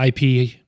IP